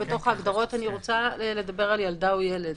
בתוך ההגדרות אני רוצה לדבר על ילדה או ילד.